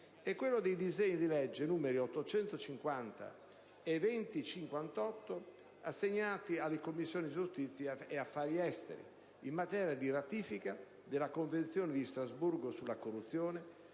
e quello dei disegni di legge nn. 850 e 2058, assegnati alle Commissioni giustizia ed affari esteri in materia di ratifica della Convenzione di Strasburgo sulla corruzione,